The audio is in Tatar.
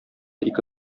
ике